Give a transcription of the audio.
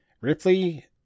Ripley